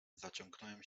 zaciągnąłem